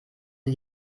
sie